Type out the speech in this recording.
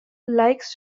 likes